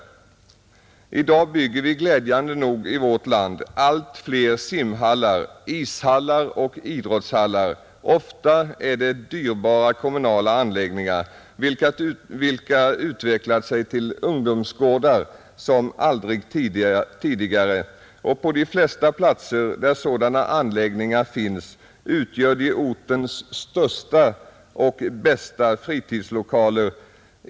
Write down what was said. I dag bygger vi glädjande nog i vårt land allt fler simhallar, ishallar och idrottshallar. Ofta är det dyrbara kommunala anläggningar, vilka utvecklat sig till ungdomsgårdar som aldrig tidigare. På de flesta platser där sådana anläggningar finns, utgör de ortens största och bästa fritidslokaler.